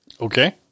Okay